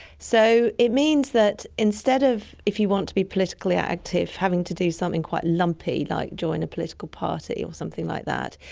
so it means that instead of if you want to be politically active having to do something quite lumpy, like join a political party or something like that,